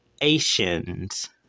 Asians